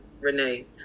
Renee